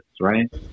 right